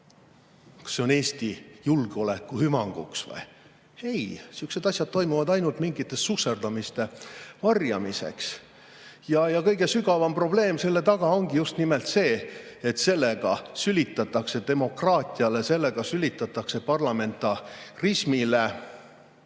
see on Eesti julgeoleku hüvanguks või? Ei, sihukesed asjad toimuvad ainult mingite susserdamiste varjamiseks. Ja kõige sügavam probleem selle taga ongi just nimelt see, et sellega sülitatakse demokraatiale. Sellega sülitatakse parlamentarismile.